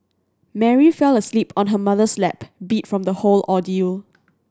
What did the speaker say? Mary fell asleep on her mother's lap beat from the whole ordeal